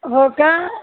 हो का